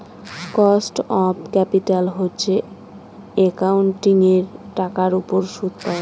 cost of capital হচ্ছে একাউন্টিঙের টাকার উপর সুদ পাওয়া